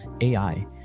AI